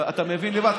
אתה מבין לבד,